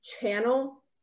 channel